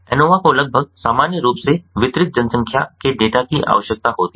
ANOVA को लगभग सामान्य रूप से वितरित जनसंख्या के डेटा की आवश्यकता होती है